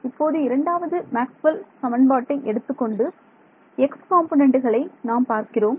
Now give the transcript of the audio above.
இப்போது இரண்டாவது மேக்ஸ்வெல் சமன்பாட்டை எடுத்துக்கொண்டு x காம்பொனன்டுகளை நாம் பார்க்கிறோம்